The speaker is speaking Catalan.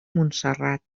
montserrat